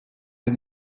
des